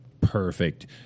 Perfect